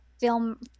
film